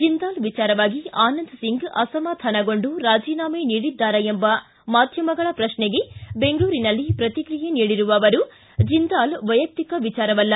ಜಿಂದಾಲ್ ವಿಚಾರವಾಗಿ ಆನಂದ್ ಸಿಂಗ್ ಅಸಮಾಧಾನಗೊಂಡು ರಾಜೀನಾಮೆ ನೀಡಿದ್ದಾರಾ ಎಂಬ ಮಾಧ್ಯಮಗಳ ಪ್ರಶ್ನೆಗೆ ಬೆಂಗಳೂರಿನಲ್ಲಿ ಶ್ರತಿಕ್ರಿಯೆ ನೀಡಿರುವ ಅವರು ಜಿಂದಾಲ್ ವೈಯಕ್ತಿಕ ವಿಚಾರವಲ್ಲ